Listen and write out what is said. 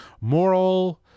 moral